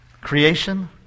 Creation